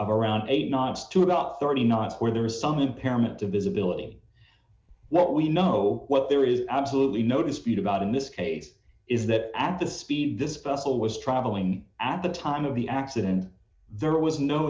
of around eight knots to about thirty knots where there is some impairment of visibility what we know what there is absolutely no dispute about in this case is that at the speed this bustle was traveling at the time of the accident there was no